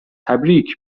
تبریک